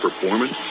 performance